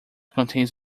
contains